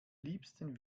liebsten